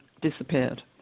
disappeared